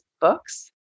books